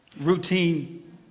Routine